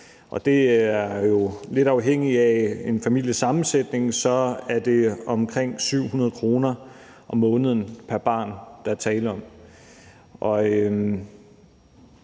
børnefattigdom. Lidt afhængigt af en families sammensætning er det jo omkring 700 kr. om måneden pr. barn, der er tale om.